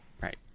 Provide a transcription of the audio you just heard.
Right